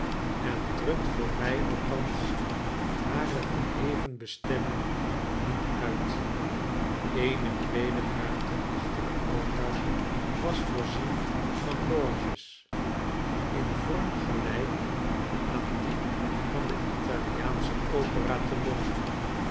en drukt voor mij althans hare verheven bestemming niet uit eene breede ruimte achter het altaar vvas voorzien van loges in vorm gelijk aan die van de italiaansche opera te londen